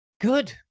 Good